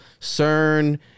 CERN